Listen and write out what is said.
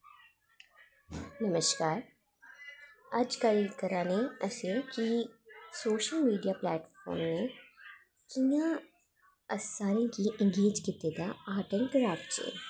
नमस्कार अज्ज कल करा ने असें कि सोशल मीडिया प्लेटफॉर्म ते सारें गी एंगेज कीते दा आर्ट एंड क्राफ्ट च